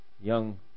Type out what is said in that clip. young